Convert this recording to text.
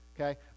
okay